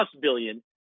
billion